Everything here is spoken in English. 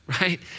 right